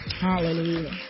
Hallelujah